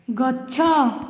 ଗଛ